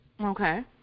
Okay